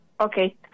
Okay